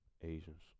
Asians